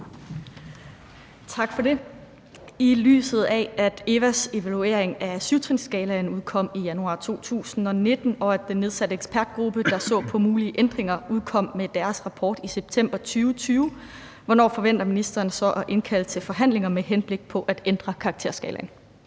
Tak for det. I lyset af, at EVA’s evaluering af 7-trinsskalaen udkom i januar 2019, og at den nedsatte ekspertgruppe, der så på mulige ændringer, udkom med deres rapport i september 2020, hvornår forventer ministeren så at indkalde til forhandlinger med henblik på at ændre karakterskalaen?